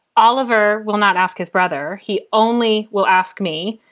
oliver will not ask his brother. he only will ask me.